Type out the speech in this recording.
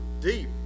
deep